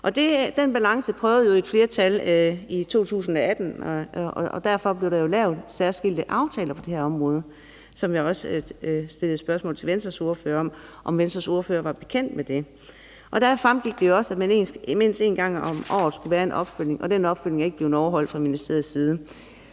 Den balance prøvede et flertal i 2018 at finde, og derfor blev der lavet særskilte aftaler på det her område, som jeg også stillede spørgsmål til Venstres ordfører om, i forhold til om Venstres ordfører var bekendt med det. Der fremgik det jo også, at der mindst en gang om året skulle være en opfølgning, og den opfølgning er ikke sket fra ministeriets side.